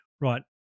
right